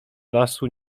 lasu